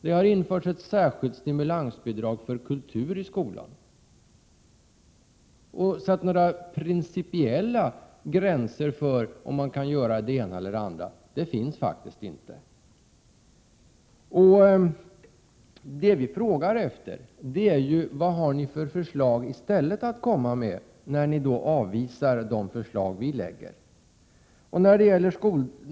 Det har införts ett särskilt stimulansbidrag för kultur i skolan, varför några principiella gränser för om man kan göra det ena eller det andra faktiskt inte finns. Det vi frågar är: Vilka förslag har ni att komma med i stället, när ni nu avvisar det förslag vi lägger fram?